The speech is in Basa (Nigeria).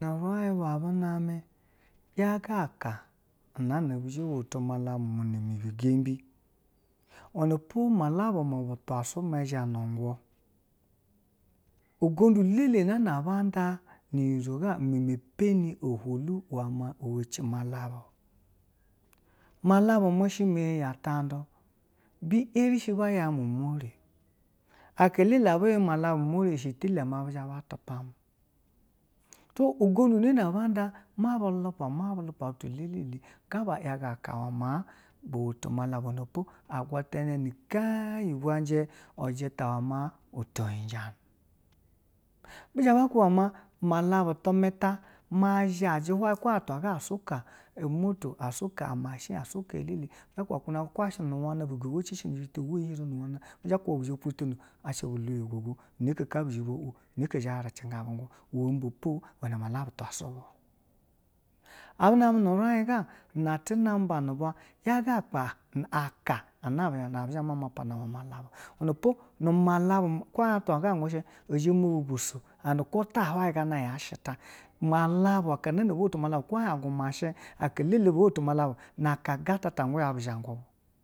Na me yaka aka bi zha ba woto malabi na bi gembi iwenepo malabu ma bu twasu ma zha nu-ungun, ugondu elele na na aba nda mi mi peni oholu ma woto malabu, malabu shi iyi nda tu bu erishi ba ya mu mwere. Aka ɛlele aba ya malabu mweri zha ba ti pa mu iyi elele anda ma bi lapa wenenpe malabi agwatana na keyi ibwe ma to uhujanu, bu zha ba ku ba ma malabi ti mu ta kwo atwa ga shiu ka moto ko atwa ga swu mashini kwo ya shi wana bu ga woce shi ni jita bo shi tono ba laya wenepo bu wece nujita. Iwe be po malabu twe subu a duniya ga ati name nu ibwa yaga anka nana zha mama pana malabu wenepo ko atwa ungushi ma bi so gana ya shi ta malabu ko unen unguma shi aka lele bwo woto malabu aka gatata ungun ya bi zha gun.